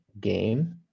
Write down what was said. game